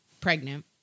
pregnant